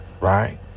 right